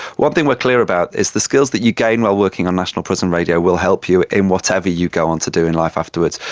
one thing we are clear about is the skills that you gain while working on national prison radio will help you in whatever you go on to do in life afterwards.